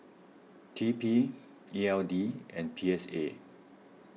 T P E L D and P S A